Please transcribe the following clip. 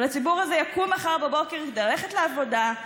אבל הציבור הזה יקום מחר בבוקר כדי ללכת לעבודה,